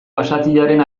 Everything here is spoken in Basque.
basatiaren